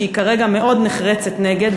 שכרגע היא מאוד נחרצת נגד,